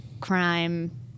crime